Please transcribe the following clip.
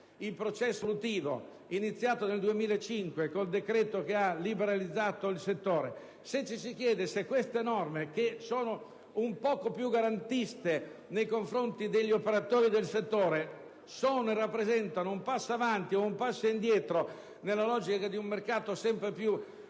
il processo evolutivo iniziato nel 2005 con il decreto che ha liberalizzato il settore, se queste norme che sono un poco più garantiste nei confronti degli operatori del settore rappresentino un passo avanti o un passo indietro nella logica di un mercato sempre più